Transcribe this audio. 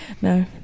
no